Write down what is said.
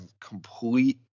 complete